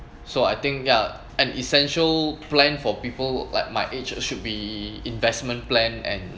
so I think ya an essential plan for people like my age should be investment plan and